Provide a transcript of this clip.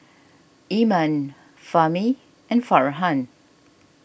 Iman Fahmi and Farhan